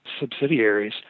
subsidiaries